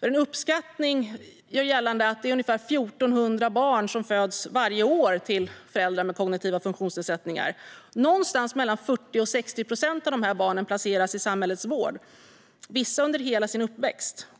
En uppskattning gör gällande att ungefär 1 400 barn varje år föds till föräldrar med kognitiva funktionsnedsättningar, och någonstans mellan 40 och 60 procent av de barnen placeras i samhällets vård - vissa under hela sin uppväxt.